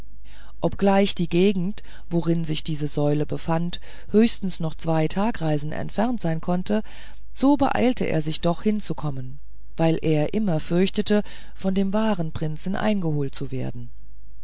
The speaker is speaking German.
obgleich die gegend worin sich diese säule befand höchstens noch zwei tagreisen entfernt sein konnte so beeilte er sich doch hinzukommen weil er immer fürchtete von dem wahren prinzen eingeholt zu werden